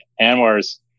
Anwar's